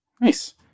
nice